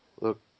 Look